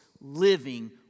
Living